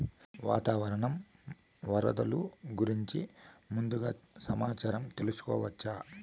వాతావరణం వరదలు గురించి ముందుగా సమాచారం తెలుసుకోవచ్చా?